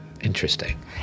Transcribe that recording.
Interesting